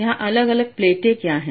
यहाँ अलग अलग प्लेटें क्या हैं